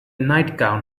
nightgown